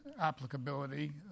applicability